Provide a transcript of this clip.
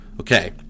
Okay